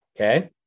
Okay